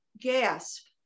gasp